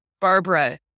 Barbara